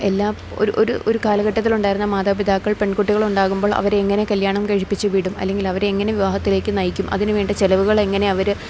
എല്ലാം ഒരു ഒരു ഒരു കാലഘട്ടത്തിലുണ്ടായിരുന്ന മാതാപിതാക്കൾ പെൺകുട്ടികളുണ്ടാകുമ്പോൾ അവര് എങ്ങനെ കല്യാണം കഴിപ്പിച്ച് വിടും അല്ലെങ്കിലവരെങ്ങനെ വിവാഹത്തിലേക്ക് നയിക്കും അതിനുവേണ്ട ചെലവുകളെങ്ങനെ അവര്